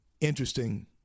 Interesting